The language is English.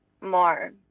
more